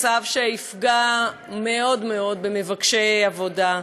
מצב שיפגע מאוד מאוד במבקשי עבודה.